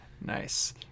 Nice